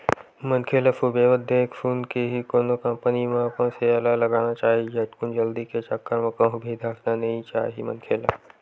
मनखे ल सुबेवत देख सुनके ही कोनो कंपनी म अपन सेयर ल लगाना चाही झटकुन जल्दी के चक्कर म कहूं भी धसना नइ चाही मनखे ल